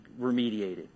remediated